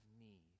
need